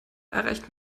erreicht